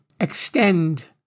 extend